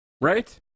Right